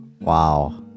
Wow